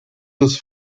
des